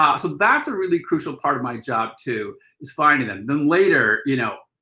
um so that's a really crucial part of my job too is finding them. then later, you know,